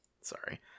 Sorry